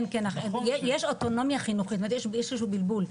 יש אוטונומיה חינוכית, יש איזשהו בלבול.